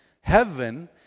Heaven